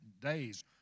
days